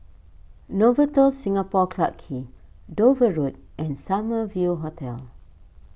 Novotel Singapore Clarke Quay Dover Road and Summer View Hotel